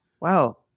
Wow